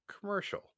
commercial